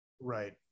Right